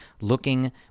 looking